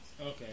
Okay